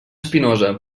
spinoza